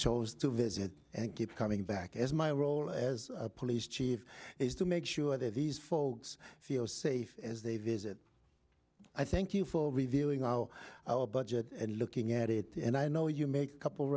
chose to visit and keep coming back as my role as a police chief is to make sure that these folks feel safe as they visit i thank you for reviewing our budget and looking at it and i know you make a couple